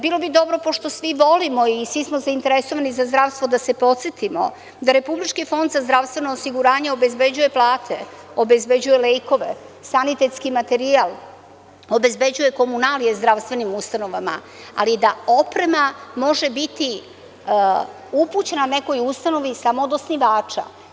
Bilo bi dobro, pošto svi volimo i svi smo zainteresovani za zdravstvo, da se podsetimo da RFZO obezbeđuje plate, obezbeđuje lekove, sanitetski materijal, obezbeđuje komunalije zdravstvenim ustanovama, ali da oprema može biti upućena nekoj ustanovi samo od osnivača.